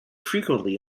frequently